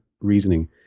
reasoning